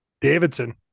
Davidson